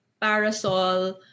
parasol